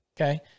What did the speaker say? okay